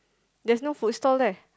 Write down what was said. there's no food stall there